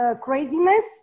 craziness